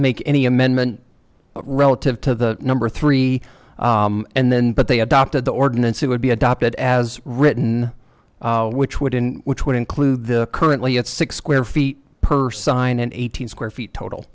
make any amendment relative to the number three and then but they adopted the ordinance it would be adopted as written which would in which would include the currently at six square feet per sign and eight hundred square feet total